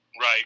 Right